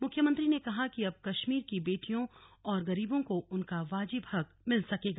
मुख्यमंत्री ने कहा कि अब कश्मीर की बेटियों और गरीबों को उनका वाजिब हक मिल सकेगा